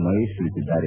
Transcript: ಮಹೇಶ್ ತಿಳಿಸಿದ್ದಾರೆ